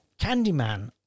Candyman